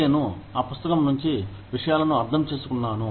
K ను ఆ పుస్తకం నుంచి విషయాలను అర్థం చేసుకున్నాను